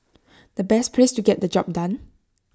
the best place to get the job done